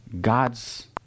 God's